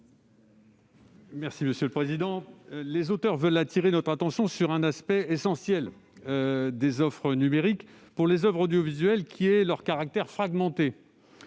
Les auteurs de cet amendement veulent attirer l'attention sur un aspect essentiel des offres numériques pour les oeuvres audiovisuelles, qui est leur caractère fragmenté.